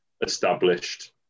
established